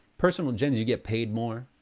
personal jen's you get paid more,